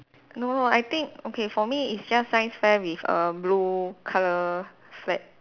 no no I think okay for me it's just science fair with a blue colour flag